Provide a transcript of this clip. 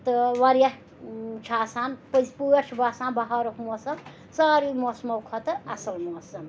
تہٕ واریاہ چھِ آسان پٔزۍ پٲٹھۍ چھِ باسان بَہارُک موسَم ساروی موسمو کھۄتہٕ اَصٕل موسم